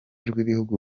rw’ibihugu